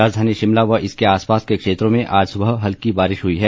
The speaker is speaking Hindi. राजधानी शिमला व इसके आसपास के क्षेत्रो में आज सुबह हल्की बारिश हुई है